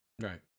Right